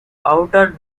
outer